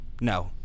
No